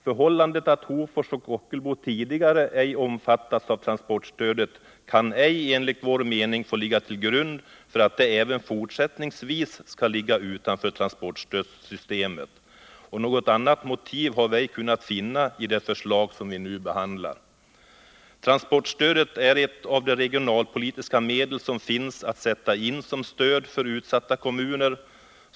Förhållandet att Hofors och Ockelbo tidigare ej omfattats av transportstödet kan, enligt vår mening, inte få ligga till grund för att de även fortsättningsvis skall ligga utanför transportstödssystemet. Något annat motiv har vi socialdemokrater ej kunnat finna i det förslag som nu behandlas. Transportstödet är ett av de regionalpolitiska medel som finns att sätta in som stöd för utsatta kommuner.